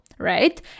right